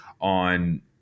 on